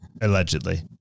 allegedly